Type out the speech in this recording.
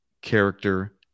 character